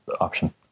option